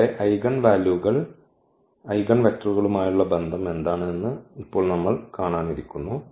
ഇവിടെ ഐഗൻ വാല്യൂകൾ ഐഗൻവക്റ്ററുകളുമായുള്ള ബന്ധം എന്താണ് എന്ന് ഇപ്പോൾ നമ്മൾ കാണാനിരിക്കുന്നു